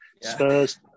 Spurs